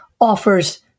offers